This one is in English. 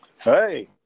Hey